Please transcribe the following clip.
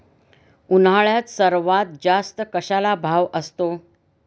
उन्हाळ्यात सर्वात जास्त कशाला भाव असतो?